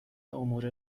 امور